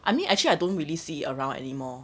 I mean actually I don't really see around anymore